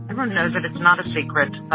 everyone knows. but it's not a secret.